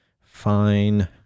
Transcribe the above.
fine